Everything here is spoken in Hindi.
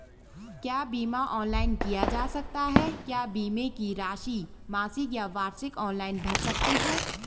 क्या बीमा ऑनलाइन किया जा सकता है क्या बीमे की राशि मासिक या वार्षिक ऑनलाइन भर सकते हैं?